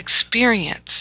experience